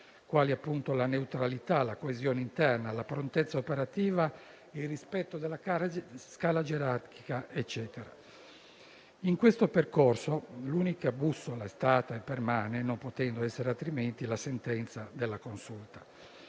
quali la neutralità, la coesione interna, la prontezza operativa e il rispetto della scala gerarchica. In questo percorso, l'unica bussola è stata e permane, non potendo essere altrimenti, la sentenza della Consulta.